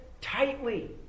tightly